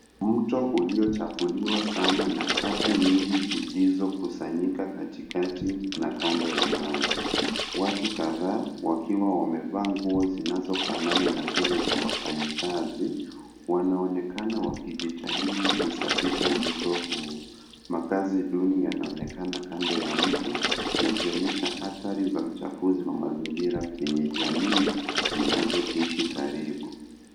Mto uliochafuliwa sana na taka nyingi zilizokusanyika katikati na kando ya maji. Watu kadhaa wakiwa wamevaa nguo zinazofanana na zile za wafanyikazi wanaonekana kujitahidi kusafisha mto huo. Makazi duni yanaonekana kando ya mto, yakionyesha hatari za uchafuzi wa mazingira kwenye jamii zinazoishi karibu.